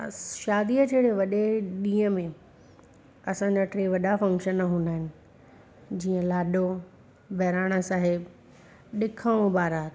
अस शादीअ जहिड़े वॾे ॾींहुं में असांजा टे वॾा फंक्शन हूंदा आहिनि जीअं लाॾो बहिराणा साहिबु ॾिखु ऐं बारात